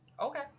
Okay